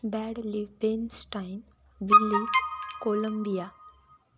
Bad Liebenstein बिलीज Colombia